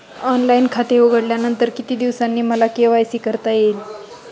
Online खाते उघडल्यानंतर किती दिवसांनी मला के.वाय.सी करता येईल?